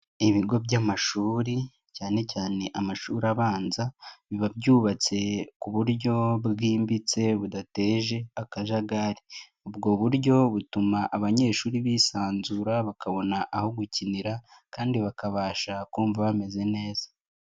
Ibigo by'amashuri cyane cyane amashuri abanza biba byubatse ku buryo bwimbitse budateje akajagari, ubwo buryo butuma abanyeshuri bisanzura bakabona aho gukinira kandi bakabasha kumva bameze neza.